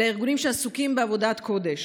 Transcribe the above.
אלה ארגונים שעסוקים בעבודת קודש,